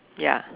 ya